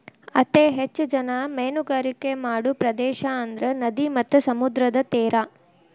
ಅತೇ ಹೆಚ್ಚ ಜನಾ ಮೇನುಗಾರಿಕೆ ಮಾಡು ಪ್ರದೇಶಾ ಅಂದ್ರ ನದಿ ಮತ್ತ ಸಮುದ್ರದ ತೇರಾ